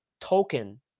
token